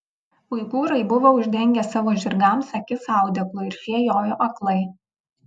uigūrai buvo uždengę savo žirgams akis audeklu ir šie jojo aklai